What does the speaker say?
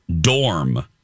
Dorm